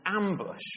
ambush